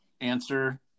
answer